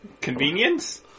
Convenience